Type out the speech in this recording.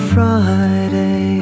Friday